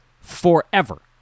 forever